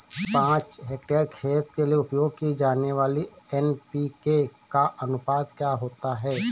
पाँच हेक्टेयर खेत के लिए उपयोग की जाने वाली एन.पी.के का अनुपात क्या होता है?